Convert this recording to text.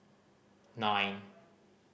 nine